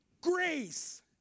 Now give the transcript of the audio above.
grace